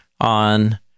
on